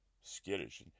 skittish